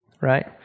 Right